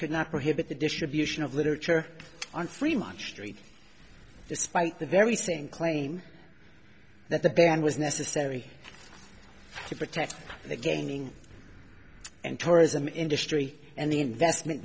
could not prohibit the distribution of literature on free much street despite the very same claim that the ban was necessary to protect the gaming and tourism industry and the investment